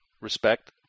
respect